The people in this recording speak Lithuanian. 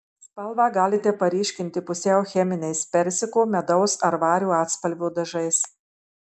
spalvą galite paryškinti pusiau cheminiais persiko medaus ar vario atspalvio dažais